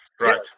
Right